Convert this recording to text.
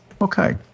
Okay